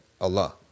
Allah